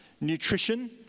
nutrition